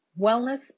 wellness